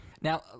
Now